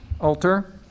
Alter